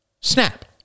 snap